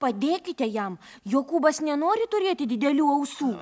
padėkite jam jokūbas nenori turėti didelių ausų